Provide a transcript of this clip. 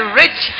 rich